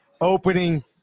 opening